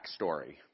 backstory